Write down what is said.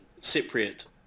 Cypriot